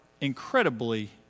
incredibly